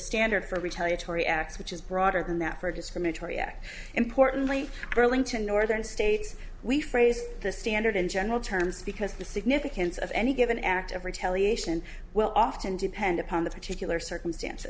standard for retaliatory acts which is broader than that for a discriminatory act importantly burlington northern states we phrase the standard in general terms because the significance of any given act of retaliation will often depend upon the particular circumstance